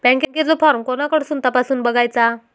बँकेचो फार्म कोणाकडसून तपासूच बगायचा?